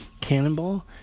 Cannonball